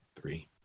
three